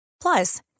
Plus